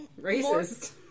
racist